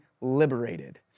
liberated